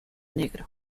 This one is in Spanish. negro